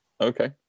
Okay